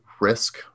risk